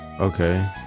Okay